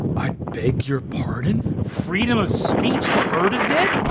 i beg your pardon? freedom of speech, heard of it?